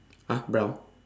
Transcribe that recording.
!huh! brown